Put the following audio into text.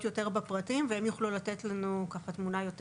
יותר בפרטים והן יוכלו לתת לנו ככה תמונה יותר